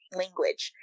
language